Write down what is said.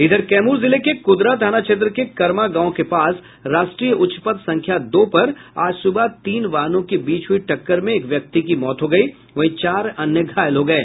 इधर कैमूर जिले के कुदरा थाना क्षेत्र के कर्मा गांव के पास राष्ट्रीय उच्चपथ संख्या दो पर आज सुबह तीन वाहनों के बीच हुई टक्कर में एक व्यक्ति की मौत हो गयी वहीं चार अन्य घायल हो गये